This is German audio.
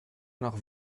nach